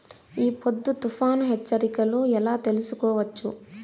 ఈ పొద్దు తుఫాను హెచ్చరికలు ఎలా తెలుసుకోవచ్చు?